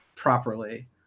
properly